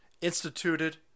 instituted